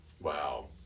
Wow